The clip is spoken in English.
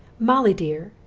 molly dear,